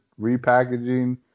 repackaging